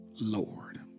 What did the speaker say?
Lord